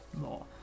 more